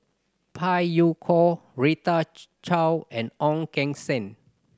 Phey Yew Kok Rita Chao and Ong Keng Sen